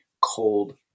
cold